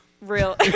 Real